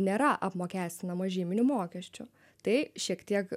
nėra apmokestinama žyminiu mokesčiu tai šiek tiek